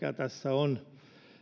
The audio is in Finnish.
tässä on